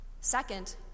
Second